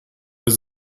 ist